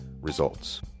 results